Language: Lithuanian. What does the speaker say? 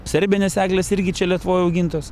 serbinės eglės irgi čia lietuvoj augintos